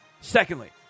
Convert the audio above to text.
Secondly